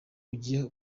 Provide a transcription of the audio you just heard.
ugiye